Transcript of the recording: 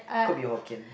could be Hokkien